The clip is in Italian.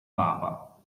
papa